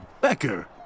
Becker